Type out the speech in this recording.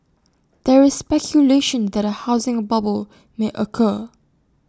there is speculation that A housing bubble may occur